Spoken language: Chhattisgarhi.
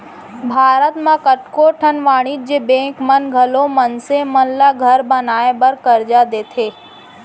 भारत म कतको ठन वाणिज्य बेंक मन घलौ मनसे मन ल घर बनाए बर करजा देथे